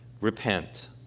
repent